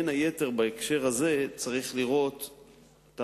בהקשר הזה צריך לראות,